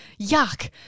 Yuck